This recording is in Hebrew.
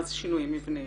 מה זה שינויים מבניים?